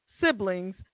siblings